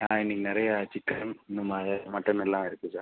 ஆ இன்னைக்கி நிறையா சிக்கன் இந்தமாதிரி மட்டன் எல்லாம் இருக்குது சார்